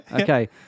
Okay